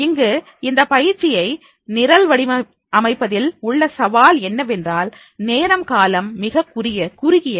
இங்கு இந்த பயிற்சியை நிரல் வடிவமைப்பதில் உள்ள சவால் என்னவென்றால் நேரம் காலம் மிகக் குறுகியது